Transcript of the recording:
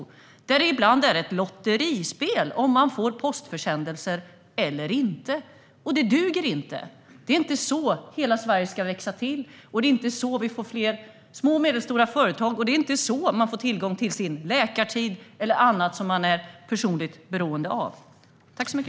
Det är ibland ett lotteri om man får postförsändelser eller inte. Det duger inte. Det är inte så hela Sverige ska växa till, och det är inte så vi får fler små och medelstora företag. Det är inte så man får tillgång till information om sin läkartid eller annat som man är personligen beroende av att få veta.